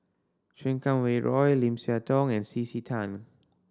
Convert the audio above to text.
Chan Kum Wah Roy Lim Siah Tong and C C Tan